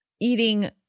eating